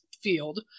field